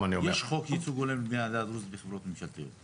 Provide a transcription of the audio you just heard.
יש חוק ייצוג הולם לבני העדה הדרוזית בחברות ממשלתיות.